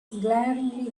glaringly